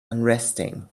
unresting